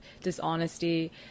dishonesty